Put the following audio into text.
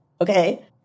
okay